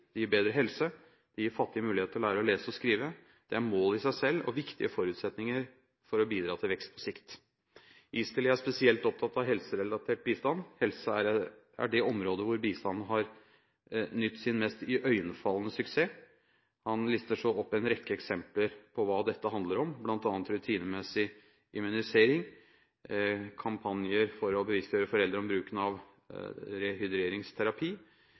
gir bedre helse. Det gir fattige muligheter til å lære å lese og skrive. Dette er mål i seg selv og viktige forutsetninger for å bidra til vekst på sikt. Easterly er spesielt opptatt av helserelatert bistand: Helse er det området hvor bistand har nytt sin mest iøynefallende suksess. Han lister så opp en rekke eksempler på hva dette handler om, bl.a.: rutinemessig immunisering, kampanjer for å bevisstgjøre foreldre om bruken av rehydreringsterapi,